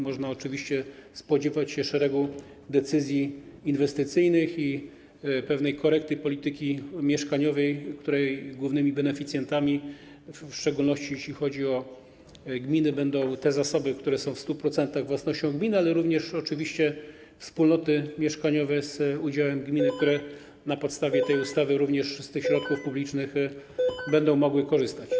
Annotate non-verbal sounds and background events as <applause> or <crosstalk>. Można oczywiście spodziewać się szeregu decyzji inwestycyjnych i pewnej korekty polityki mieszkaniowej, której głównymi beneficjentami - w szczególności, jeśli chodzi o gminy - będą te zasoby, które są w 100% własnością gminy, ale również oczywiście wspólnoty mieszkaniowe z udziałem gminy, <noise> które na podstawie tej ustawy również z tych środków publicznych będą mogły korzystać.